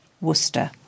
Worcester